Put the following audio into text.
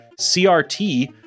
CRT